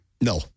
No